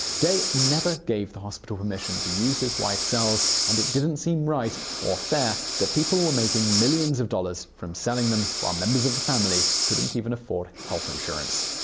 day never gave the hospital permission to use his wife's cells and it didn't seem right, or fair, that people were making millions of dollars from selling them while members of the family couldn't even afford health insurance.